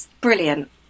brilliant